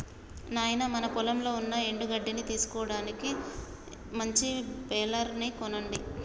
నాయినా మన పొలంలో ఉన్న ఎండు గడ్డిని తీసుటానికి మంచి బెలర్ ని కొనండి